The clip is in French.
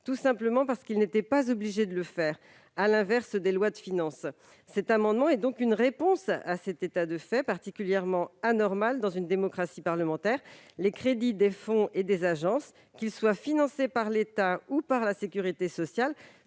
tout simplement parce qu'il n'était pas obligé de le faire, à l'inverse des lois de finances. Nous entendons donc, par ces amendements, apporter une réponse à cet état de fait particulièrement anormal dans une démocratie parlementaire. Les crédits des fonds et des agences, qu'ils soient financés par l'État ou par la sécurité sociale,